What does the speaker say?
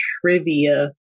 trivia